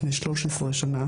לפני 13 שנה.